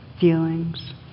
feelings